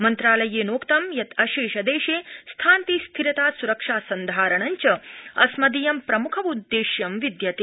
मन्त्रालयेनोक्तं यत् अशेषदेशे शान्ति स्थिरता स्रक्षा सन्धारणं च अस्मदीय प्रम्खमुदेश्यं विद्यते